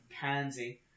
Pansy